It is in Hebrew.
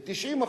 לדעת,